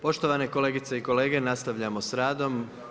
Poštovane kolegice i kolege, nastavljamo s radom.